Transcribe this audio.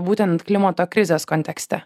būtent klimato krizės kontekste